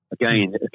Again